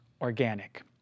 organic